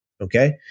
Okay